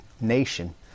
nation